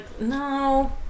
no